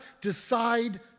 decide